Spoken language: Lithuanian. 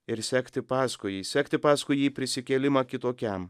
ir sekti paskui jį sekti paskui jį prisikėlimą kitokiam